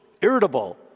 irritable